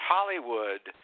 Hollywood